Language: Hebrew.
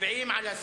לא נתקבלה.